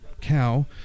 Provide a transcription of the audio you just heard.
cow